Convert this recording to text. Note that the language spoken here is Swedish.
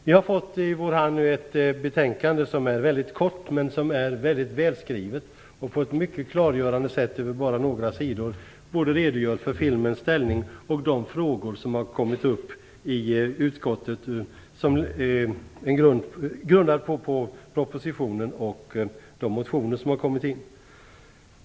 Vi har fått i vår hand ett betänkande som är mycket kort men som är mycket välskrivet och på ett mycket klargörande sätt över bara några sidor redogör för filmens ställning och de frågor som har kommit upp i utskottet med anledning av propositionen och de motioner som har kommit in.